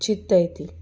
चिंतताय तीं